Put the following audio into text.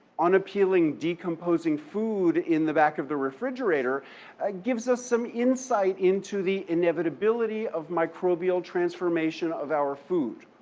unappealing, decomposing food in the back of the refrigerator gives us some insight into the inevitability of microbial transformation of our food.